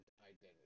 identity